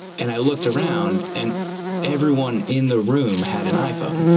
and i looked around, and everyone in the room had an iphone,